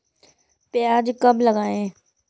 प्याज कब लगाएँ?